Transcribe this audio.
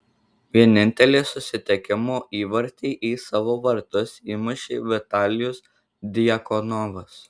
vienintelį susitikimo įvartį į savo vartus įmušė vitalijus djakonovas